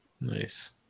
Nice